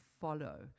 follow